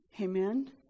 Amen